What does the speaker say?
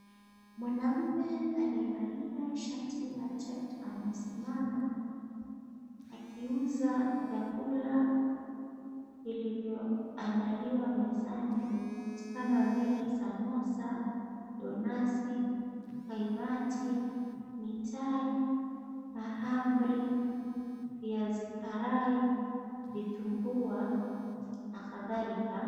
Wanaume aliyevalia checked amesimama akiuza vyakula vilivyoandaliwa mezani. Kama vile samosa, donasi, kaimati, mitai, mahamri, viazi karai, vitumbua na kadhalika.